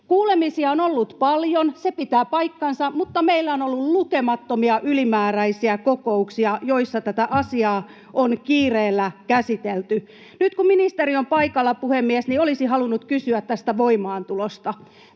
Kuulemisia on ollut paljon, se pitää paikkansa, mutta meillä on ollut lukemattomia ylimääräisiä kokouksia, joissa tätä asiaa on kiireellä käsitelty. Nyt, puhemies, kun ministeri on paikalla, olisin halunnut kysyä tästä voimaantulosta.